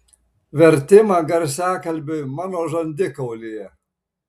vertimą garsiakalbiui mano žandikaulyje